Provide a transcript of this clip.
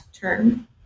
term